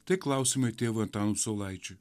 tai klausimai tėvui antanui saulaičiui